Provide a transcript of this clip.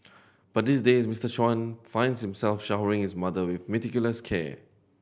but these days Mister Chan finds himself showering his mother with meticulous care